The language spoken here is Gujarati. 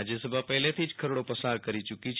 રાજ્યસભા પહેલાથી જ ખરડી પસાર કરી યૂકી છે